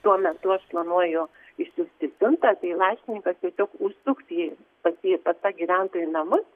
tuo metu aš planuoju išsiųsti siuntą tai laiškininkas tiesiog užsuks į pas jį pas tą gyventoją į namus